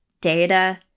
data